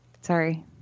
sorry